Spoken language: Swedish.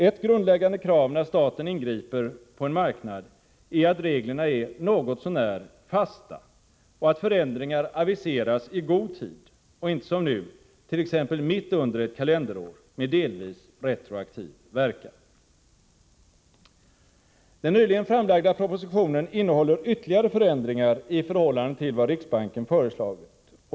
Ett grundläggande krav när staten ingriper på en marknad är att reglerna är något så när fasta och att förändringar aviseras i god tid —- inte, som nu är fallet, mitt under ett kalenderår, med delvis retroaktiv verkan. Den nyligen framlagda propositionen innehåller ytterligare förslag till förändringar i förhållande till vad riksbanken föreslagit.